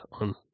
on